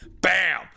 Bam